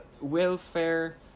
welfare